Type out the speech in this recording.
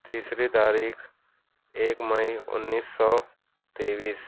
تیسری تاریخ ایک مئی انیس سو تیئیس